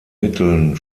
mitteln